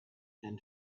and